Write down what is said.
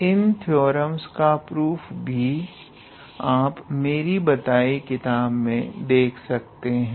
इन theorem का proof भी आप मेरी बताई किताब में देख सकते हैं